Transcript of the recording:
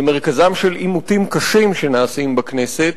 במרכזם של עימותים קשים שנעשים בכנסת,